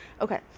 Okay